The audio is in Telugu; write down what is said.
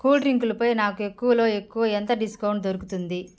కూల్ డ్రింకులపై నాకు ఎక్కువలో ఎక్కువ ఎంత డిస్కౌంట్ దొరుకుతుంది